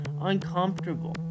uncomfortable